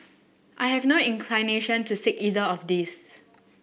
I have no inclination to seek either of these